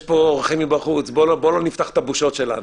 יש פה אורחים מבחוץ, בואו לא נפתח את הבושות שלנו.